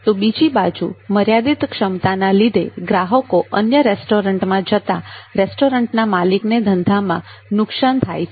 તો બીજી બાજુ મર્યાદિત ક્ષમતાના લીધે ગ્રાહકો અન્ય રેસ્ટોરન્ટમાં જતા રેસ્ટોરન્ટના માલિકને ધંધામાં નુકસાન થાય છે